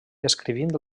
escrivint